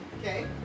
Okay